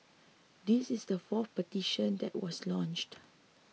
this is the fourth petition that was launched